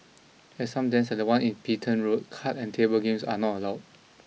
at some dens at the one in Petain Road card and table games are not allowed